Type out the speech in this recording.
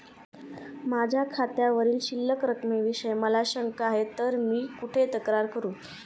माझ्या खात्यावरील शिल्लक रकमेविषयी मला शंका आहे तर मी कुठे तक्रार करू?